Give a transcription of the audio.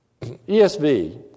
ESV